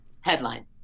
Headline